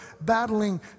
battling